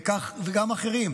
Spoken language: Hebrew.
וכך גם אחרים,